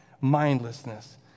mindlessness